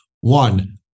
one